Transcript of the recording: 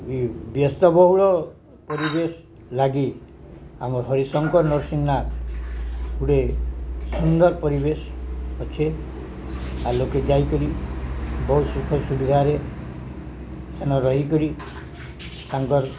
ବି ବ୍ୟସ୍ତବହୁଳ ପରିବେଶ ଲାଗି ଆମ ହରିଶଙ୍କର ନର୍ସିଂହ ଗୁଟେ ସୁନ୍ଦର ପରିବେଶ ଅଛେ ଆଉ ଲୋକେ ଯାଇକରି ବହୁତ ସୁଖ ସୁବିଧାରେ ସେନ ରହିକରି ତାଙ୍କର